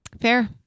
Fair